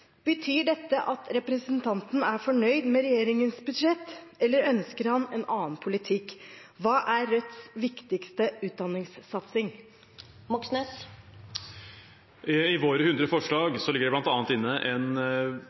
Betyr dette at representanten er fornøyd med regjeringens budsjett, eller ønsker han en annen politikk? Hva er Rødts viktigste utdanningssatsing? I våre hundre forslag ligger det bl.a. inne